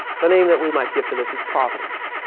the name that we might give to this is providence.